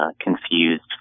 confused